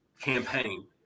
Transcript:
campaign